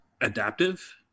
adaptive